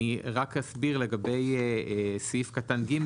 אסביר לגבי סעיף קטן (ג),